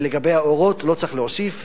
ולגבי האורות לא צריך להוסיף,